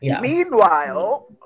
Meanwhile